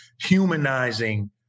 humanizing